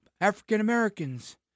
African-Americans